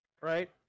right